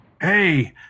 Hey